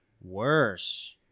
Worse